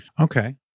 Okay